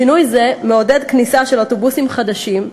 שינוי זה מעודד כניסה של אוטובוסים חדשים,